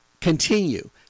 continue